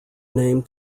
name